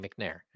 McNair